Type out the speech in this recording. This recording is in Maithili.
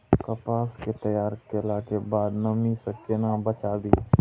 कपास के तैयार कैला कै बाद नमी से केना बचाबी?